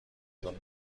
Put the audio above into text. تون